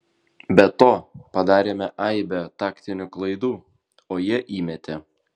be to padarėme aibę taktinių klaidų o jie įmetė